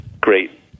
great